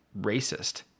racist